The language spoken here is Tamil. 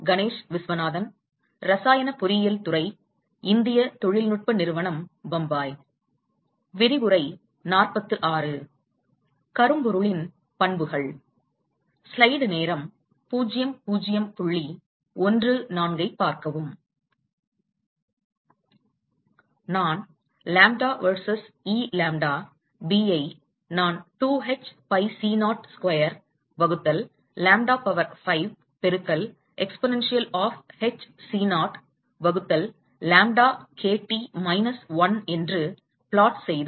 கரும்பொருளின் பண்புகள் நான் lambda versus E lambda b ஐ நான் 2 h pi C naught square வகுத்தல் லாம்ப்டா பவர் 5 பெருக்கல் எக்பொனெண்சியல் ஆப் h c0 வகுத்தல் லாம்ப்டா kT மைனஸ் 1 என்று சதி செய்தால்